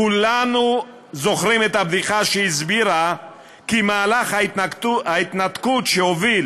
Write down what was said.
כולנו זוכרים את הבדיחה שהסבירה כי מהלך ההתנתקות שהוביל